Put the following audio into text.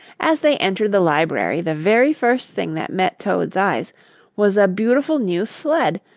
as they entered the library the very first thing that met toad's eyes was a beautiful new sled,